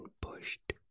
pushed